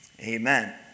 amen